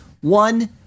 One